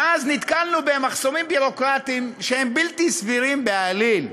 ואז נתקלנו במחסומים ביורוקרטיים שהם בלתי סבירים בעליל.